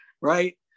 right